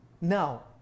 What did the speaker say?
Now